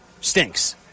Stinks